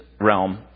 realm